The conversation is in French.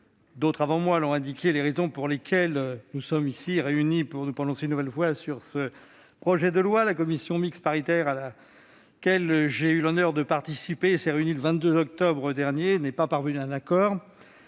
d'autres avant moi ont expliqué les raisons pour lesquelles nous sommes réunis ici, aujourd'hui, afin de nous prononcer une nouvelle fois sur ce projet de loi. La commission mixte paritaire à laquelle j'ai eu l'honneur de participer s'est réunie le 22 octobre dernier et n'est pas parvenue à un accord.